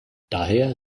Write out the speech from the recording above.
daher